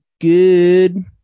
good